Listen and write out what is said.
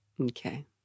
okay